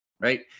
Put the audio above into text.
right